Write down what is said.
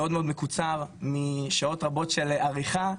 מאוד מאוד מקוצר משעות רבות של עריכה,